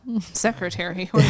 secretary